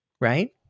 right